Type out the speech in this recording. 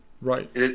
Right